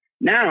Now